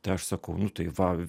tai aš sakau nu tai va